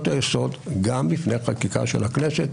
היסוד הוא גם מפני חקיקה של הכנסת,